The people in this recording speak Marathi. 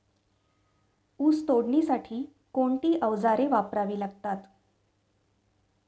ऊस तोडणीसाठी कोणती अवजारे वापरावी लागतात?